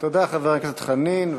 תודה, חבר הכנסת חנין.